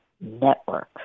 network